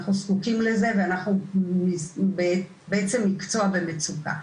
אנחנו זקוקים לזה ואנחנו בעצם מקצוע במצוקה,